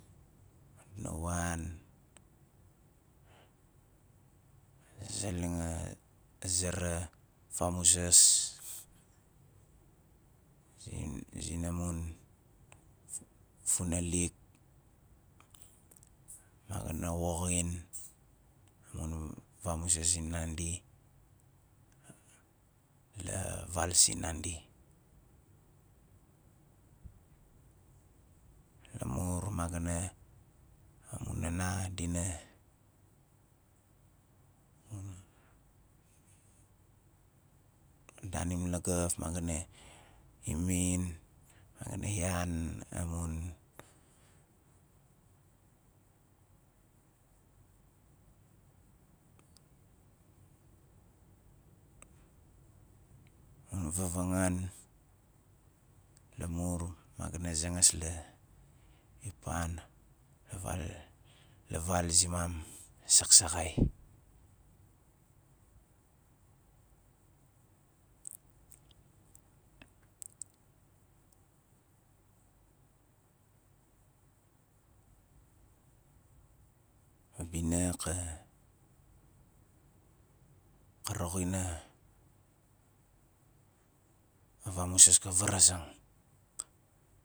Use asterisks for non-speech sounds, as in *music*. Madina wan zeleng *hesitation* zera famuzas zin- zinamun fu- funalik ma ga na woxin amun vamuzas sinandi la val sinandi lamur ma ga na amun nana di na *unintelligible* daanim lagaf ma ga na imin ma ga na yan amun vavangaan lamur ma ga na zangas la ipan la val- la val zimam saksaakxai a bina ka- ka roxin a vamuzas ka varazang